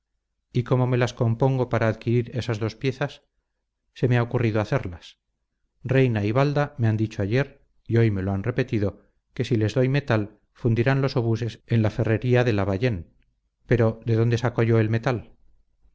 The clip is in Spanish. y cómo me las compongo para adquirir esas dos piezas se me ha ocurrido hacerlas reina y balda me han dicho ayer y hoy me lo han repetido que si les doy metal fundirán los obuses en la ferrería de labayén pero de dónde saco yo el metal